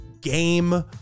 game